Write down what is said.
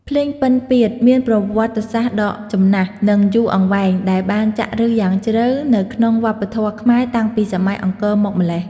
ភ្លេងពិណពាទ្យ មានប្រវត្តិសាស្ត្រដ៏ចំណាស់ និងយូរអង្វែង ដែលបានចាក់ឫសយ៉ាងជ្រៅនៅក្នុងវប្បធម៌ខ្មែរតាំងពីសម័យអង្គរមកម្ល៉េះ។